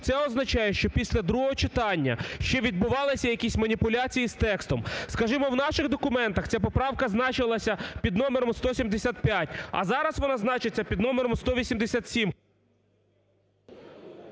це означає, що після другого читання ще відбувалися якісь маніпуляції із текстом. Скажімо, в наших документах ця поправка значилася під номером 175, а зараз вона значиться під номером 187.